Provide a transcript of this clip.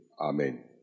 Amen